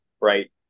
right